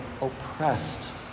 oppressed